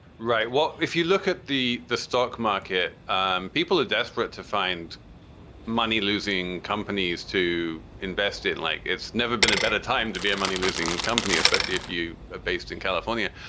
right? well, if you look at the the stock market, um people are desperate to find money losing companies to invest it like it's never been a better time to be a money losing company, especially if you are based in california.